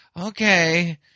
okay